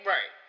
Right